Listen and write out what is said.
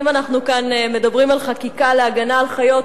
שאם אנחנו מדברים על חקיקה להגנה על חיות,